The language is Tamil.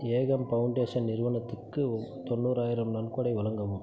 ஏகம் ஃபவுண்டேஷன் நிறுவனத்துக்கு தொண்ணூறாயிரம் நன்கொடை வழங்கவும்